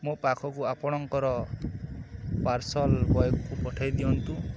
ମୋ ପାଖକୁ ଆପଣଙ୍କର ପାର୍ସଲ ବଏକୁ ପଠେଇ ଦିଅନ୍ତୁ